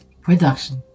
production